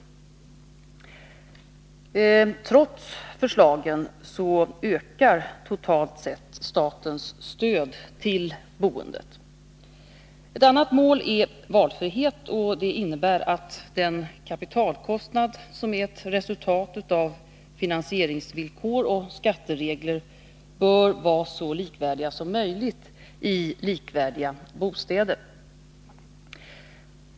Trots vad som föreslagits ökar totalt sett statens stöd till boendet. Ett annat mål är valfrihet, och det innebär att de kapitalkostnader som är 111 ett resultat av finansieringsvillkor och skatteregler bör vara så likvärdiga som möjligt i likvärdiga bostäder.